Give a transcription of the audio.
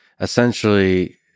essentially